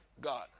God